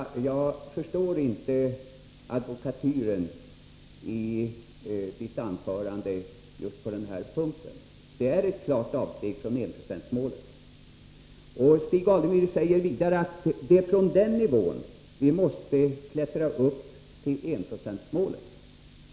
Jag förstår inte advokatyren i Stig Alemyrs anförande på just denna punkt. Det är här fråga om ett klart avsteg från enprocentsmålet. Stig Alemyr säger vidare att det är från den nu föreslagna nivån som vi måste klättra upp till enprocentsmålet.